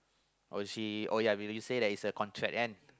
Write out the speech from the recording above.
or she oh ya when you say that is a contract then